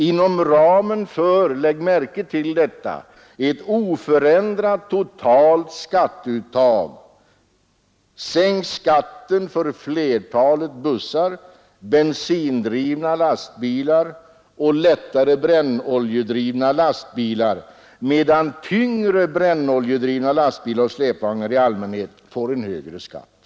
Inom ramen för — lägg märke till detta — ett oförändrat totalt skatteuttag sänks skatten för flertalet bussar och bensindrivna lastbilar samt för lättare brännoljedrivna lastbilar, medan tyngre brännoljedrivna lastbilar och släpvagnar i allmänhet får en högre skatt.